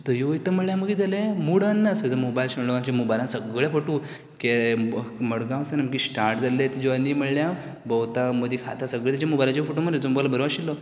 थंय वयता म्हळ्यार आमगेलें कितें जालें मुडान ना तेजो मोबायल शेणलो मागीर तेज्या मोबायलान सगळे फोटू कॅब मडगांव सान आमगे स्टार्ट जाल्ले ती जर्नी म्हणळ्या भोवता मदीं खातां सगळें तेजे मोबायलाचेर फोटो मारलेले तेजो मोबायल बोरो आशिल्लो